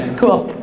cool.